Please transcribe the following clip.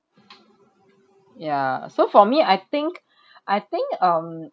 ya so for me I think I think um